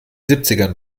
siebzigern